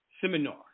seminar